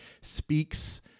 speaks